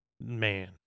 Man